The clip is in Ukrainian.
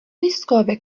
військові